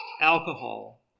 alcohol